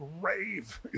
rave